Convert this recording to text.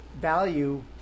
value